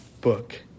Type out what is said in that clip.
book